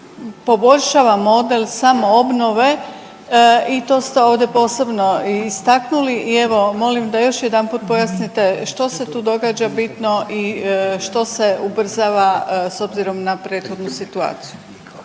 poboljšava model samoobnove i to ste ovdje posebno i istaknuli i evo molim da još jedanput pojasnite što se tu događa bitno i što se ubrzava s obzirom na prethodnu situaciju?